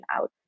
out